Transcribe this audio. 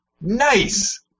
Nice